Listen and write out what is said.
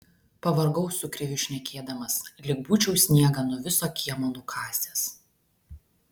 pavargau su kriviu šnekėdamas lyg būčiau sniegą nuo viso kiemo nukasęs